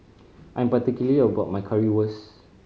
I'm particular about my Currywurst